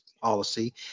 policy